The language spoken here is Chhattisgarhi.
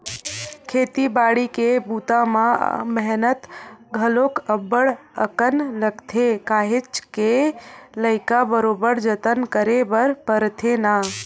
खेती बाड़ी के बूता म मेहनत घलोक अब्ब्ड़ अकन लगथे काहेच के लइका बरोबर जतन करे बर परथे ना